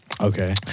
Okay